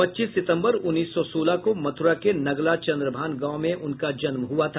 पच्चीस सितंबर उन्नीस सौ सोलह को मथुरा के नगला चंद्रभान गांव में उनका जन्म हुआ था